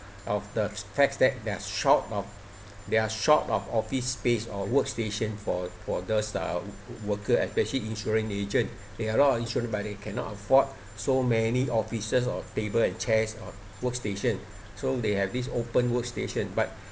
of the facts that they are short of they are short of office space or work station for for those uh worker especially insurance agent there are a lot of insurance but they cannot afford so many offices or table and chairs or workstation so they have this open work station but